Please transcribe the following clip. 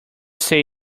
say